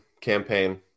Campaign